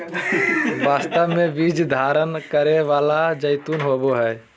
वास्तव में बीज धारण करै वाला जैतून होबो हइ